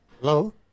Hello